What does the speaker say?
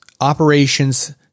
operations